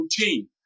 routine